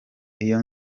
iyo